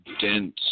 dense